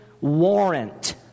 warrant